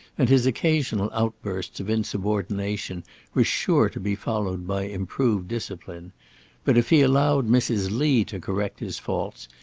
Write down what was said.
and his occasional outbursts of insubordination were sure to be followed by improved discipline but if he allowed mrs. lee to correct his faults,